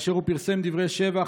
הוא פרסם דברי שבח,